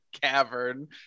cavern